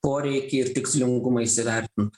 poreikį ir tikslingumą įsivertint